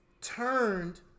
Turned